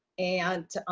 and